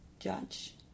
judge